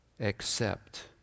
Accept